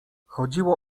chodziło